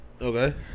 Okay